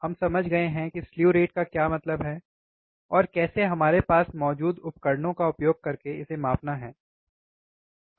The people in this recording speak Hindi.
हम समझ गए हैं कि स्लीव रेट का क्या मतलब है और कैसे हमारे पास मौजूद उपकरणों का उपयोग करके इसे मापना है